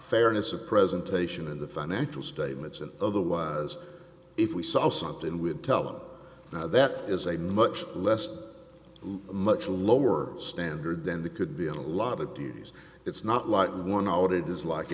fairness of presentation in the financial statements and otherwise if we saw something with tell them that is a much less much lower standard than the could be a lot of news it's not like one out it is like